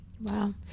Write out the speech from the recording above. Wow